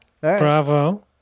Bravo